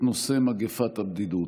את נושא מגפת הבדידות.